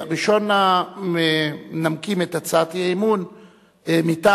ראשון המנמקים את הצעת אי-האמון מטעם